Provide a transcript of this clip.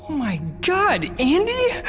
my god. andi?